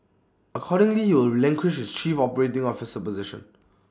accordingly he will relinquish his chief operating officer position